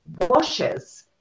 washes